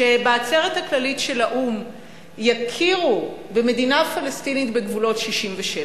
שבעצרת הכללית של האו"ם יכירו במדינה פלסטינית בגבולות 67',